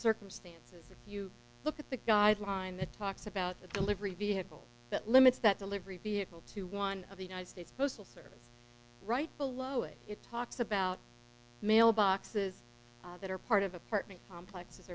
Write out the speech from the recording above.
circumstances if you look at the guideline that talks about the delivery vehicle that limits that delivery vehicle to one of the united states postal service right below it it talks about mailboxes that are part of apartment complexes